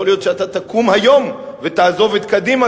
להיות שאתה תקום היום ותעזוב את קדימה,